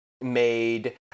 made